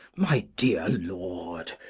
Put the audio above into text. my dear lord,